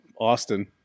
austin